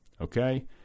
Okay